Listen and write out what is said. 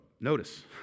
notice